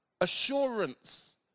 assurance